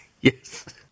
Yes